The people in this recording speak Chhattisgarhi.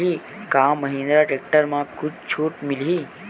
का महिंद्रा टेक्टर म कुछु छुट मिलही?